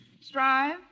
Strive